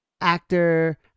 actor